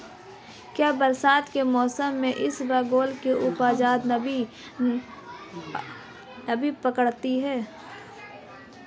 क्या बरसात के मौसम में इसबगोल की उपज नमी पकड़ती है?